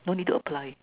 no need to apply